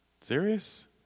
Serious